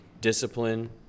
discipline